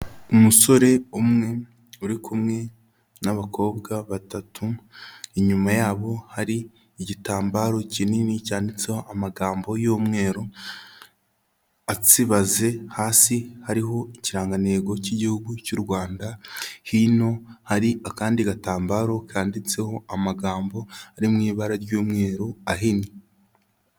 Umusore umwe uri kumwe n'abakobwa batatu, inyuma yabo hari igitambaro kinini cyanditseho amagambo y'umweru atsibaze, hasi hariho ikirangantego cy'igihugu cy'u Rwanda, hino hari akandi gatambaro kanditseho amagambo ari mu ibara ry'umweru ahinnye.